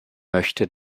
möchte